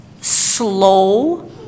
slow